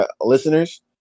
listeners